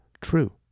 true